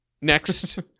Next